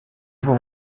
vous